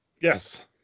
yes